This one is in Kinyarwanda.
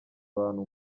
abantu